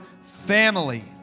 family